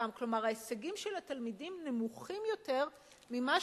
ההישגים של התלמידים נמוכים יותר ממה